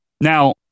Now